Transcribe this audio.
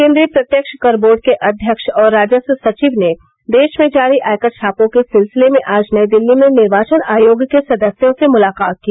केन्द्रीय प्रत्यक्ष कर बोर्ड के अध्यक्ष और राजस्व सचिव ने देश में जारी आयकर छापों के सिलसिले में आज नई दिल्ली में निर्वाचन आयोग के सदस्यों से मुलाकात की